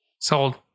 Sold